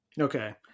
okay